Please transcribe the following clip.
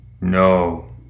No